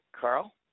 Carl